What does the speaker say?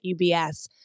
UBS